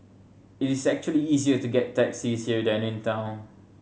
it is actually easier to get taxis here than in town